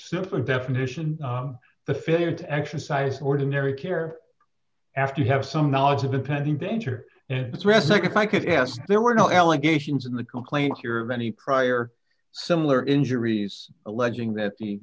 simpler definition the failure to exercise ordinary care after you have some knowledge of impending danger and distress mike if i could ask there were no allegations in the complaint your many prior similar injuries alleging that the